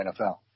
NFL